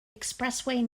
expressway